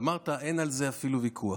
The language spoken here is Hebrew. ואמרת: אין על זה אפילו ויכוח.